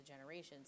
generations